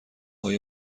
های